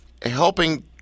helping